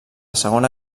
segona